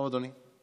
תודה, אדוני.